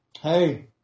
Hey